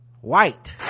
white